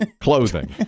clothing